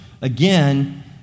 again